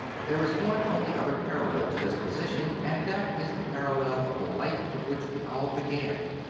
there is one only other parallel to this position and that is the parallel of the life in which we all began.